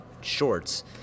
shorts